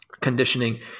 conditioning